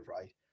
right